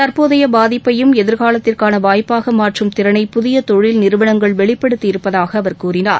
தற்போதைய பாதிப்பையும் எதிர்காலத்திற்கான வாய்ப்பாக மாற்றும் திறனை புதிய தொழில் நிறுவனங்கள் வெளிப்படுத்தி இருப்பதாக அவர் கூறினார்